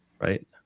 Right